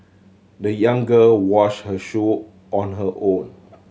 the young girl washed her shoe on her own